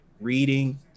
reading